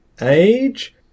age